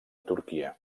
turquia